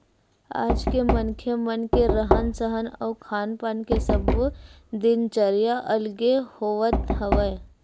आज के मनखे मन के रहन सहन अउ खान पान के सब्बो दिनचरया अलगे होवत हवय